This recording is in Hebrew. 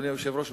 אדוני היושב-ראש,